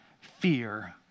fear